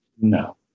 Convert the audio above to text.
No